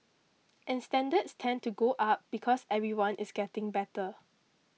and standards tend to go up because everyone is getting better